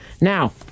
Now